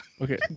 Okay